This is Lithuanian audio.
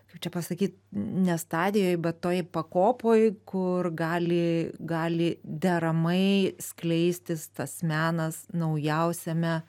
kaip čia pasakyt ne stadijoj bet toj pakopoj kur gali gali deramai skleistis tas menas naujausiame